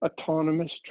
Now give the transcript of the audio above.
autonomous